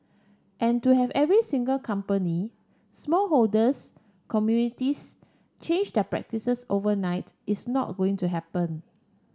and to have every single company small holders communities change their practices overnight is not going to happen